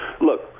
look